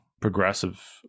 progressive